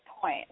point